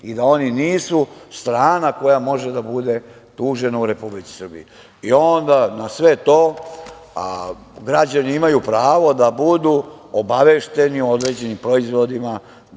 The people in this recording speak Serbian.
i da oni nisu strana koja može da bude tužena u Republici Srbiji. Na sve to onda građani imaju prava da budu obavešteni o određenim proizvodima,